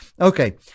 okay